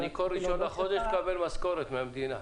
אני כל ראשון בחודש מקבל משכורת מהמדינה.